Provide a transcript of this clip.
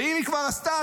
ואם היא כבר עשתה,